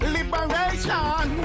Liberation